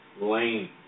lane